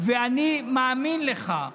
אני מאמין לך,